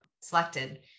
selected